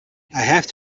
have